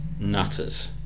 nutters